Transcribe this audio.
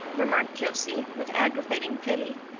remarked josie, with aggravating pity.